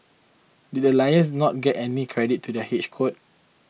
did the lions not get any credit to their head coach